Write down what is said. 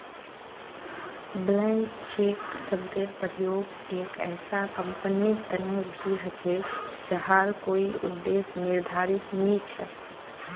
blank cheque शब्देर प्रयोग एक ऐसा कंपनीर तने भी ह छे जहार कोई उद्देश्य निर्धारित नी छ